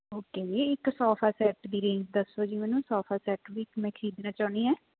okay ਜੀ ਇੱਕ sofa set ਦੀ ਰੇਂਜ ਦੱਸੋ ਜੀ ਮੈਨੂੰ ਸੋਫਾ ਸੈਟ ਵੀ ਇੱਕ ਮੈਂ ਖਰੀਦਣਾ ਚਾਹੁੰਦੀ ਹਾਂ